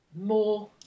more